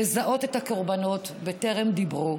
לזהות את הקרבנות בטרם דיברו,